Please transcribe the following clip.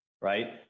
right